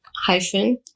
hyphen